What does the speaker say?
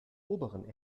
oberen